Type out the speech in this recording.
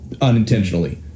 unintentionally